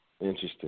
Interesting